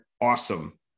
awesome